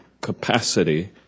capacity